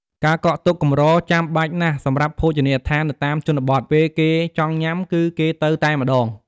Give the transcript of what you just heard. ការកក់ទុកកម្រចាំបាច់ណាស់សម្រាប់ភោជនីយដ្ឋាននៅតាមជនបទ ពេលគេចង់ញាំគឺគេទៅតែម្តង។